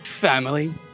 family